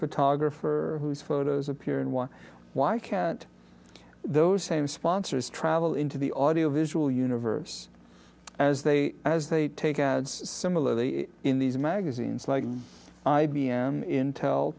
photographer whose photos appear in one why can't those same sponsors travel into the audiovisual universe as they as they take similarly in these magazines like i b m intel